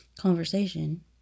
conversation